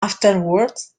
afterwards